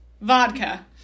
Vodka